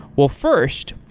well first,